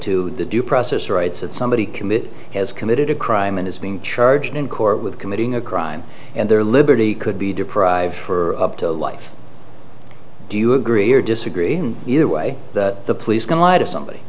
to the due process rights that somebody committed has committed a crime and is being charged in court with committing a crime and their liberty could be deprived for up to life do you agree or disagree either way that the police can lie to somebody